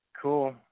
Cool